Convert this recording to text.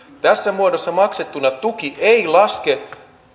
tässä muodossa maksettuna tuki ei laske